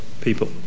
people